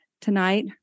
Tonight